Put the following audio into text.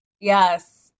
Yes